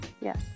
Yes